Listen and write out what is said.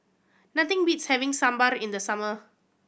nothing beats having Sambar in the summer